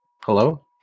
Hello